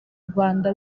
rwanda